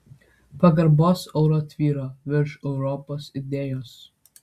pagarbos aura tvyro virš europos idėjos